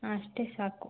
ಹಾಂ ಅಷ್ಟೇ ಸಾಕು